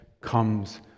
comes